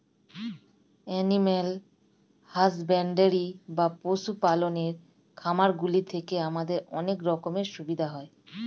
animal husbandry বা পশু পালনের খামারগুলি থেকে আমাদের অনেক রকমের সুবিধা হয়